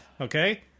okay